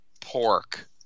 pork